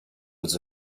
was